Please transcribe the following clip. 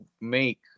make